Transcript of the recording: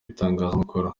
itangazamakuru